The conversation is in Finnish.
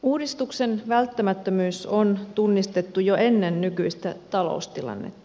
uudistuksen välttämättömyys on tunnistettu jo ennen nykyistä taloustilannetta